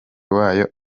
wayo